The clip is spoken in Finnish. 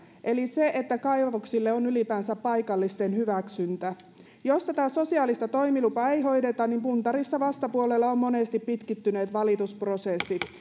eli se että kaivoksille on ylipäänsä paikallisten hyväksyntä jos tätä sosiaalista toimilupaa ei hoideta niin puntarissa vastapuolella ovat monesti pitkittyneet valitusprosessit